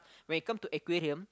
when it come to aquarium